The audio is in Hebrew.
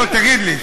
לא, תגיד לי.